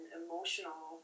emotional